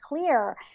clear